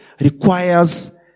requires